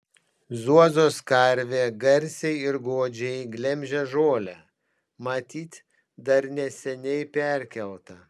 zuozos karvė garsiai ir godžiai glemžia žolę matyt dar neseniai perkelta